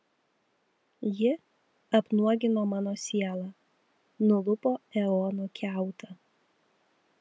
ji apnuogino mano sielą nulupo eono kiautą